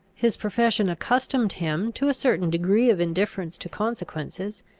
his profession accustomed him to a certain degree of indifference to consequences,